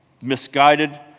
misguided